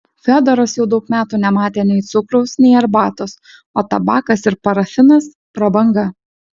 fiodoras jau daug metų nematė nei cukraus nei arbatos o tabakas ir parafinas prabanga